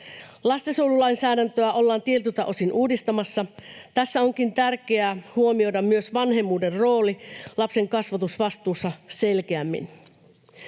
Lastensuojelulainsäädäntöä ollaan tietyiltä osin uudistamassa. Tässä onkin tärkeää huomioida myös vanhemmuuden rooli lapsen kasvatusvastuussa selkeämmin.